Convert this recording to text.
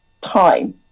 time